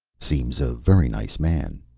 seems a very nice man.